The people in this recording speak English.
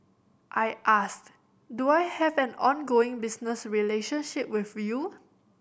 I asked do I have an ongoing business relationship with you